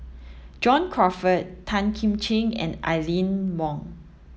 John Crawfurd Tan Kim Ching and Aline Wong